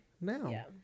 now